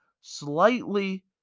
slightly